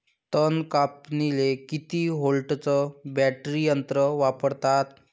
तन कापनीले किती व्होल्टचं बॅटरी यंत्र वापरतात?